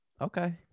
Okay